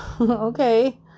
okay